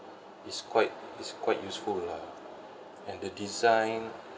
is quite is quite useful lah and the design